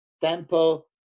tempo